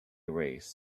race